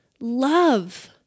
love